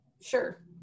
sure